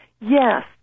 Yes